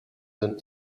than